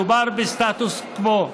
מדובר בסטטוס קוו,